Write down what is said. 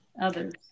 others